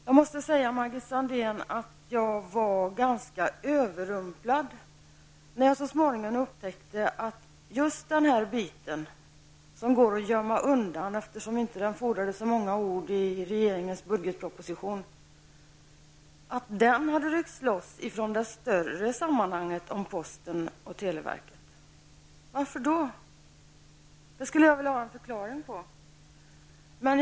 Jag måste säga, Margit Sandéhn, att jag blev ganska överrumplad när jag så småningom upptäckte att just denna fråga, som går att gömma undan eftersom den inte fordrade så många ord i regeringens budgetproposition, hade ryckts loss från det större sammanhanget om posten och televerket. Varför det? Jag skulle vilja ha en förklaring till det.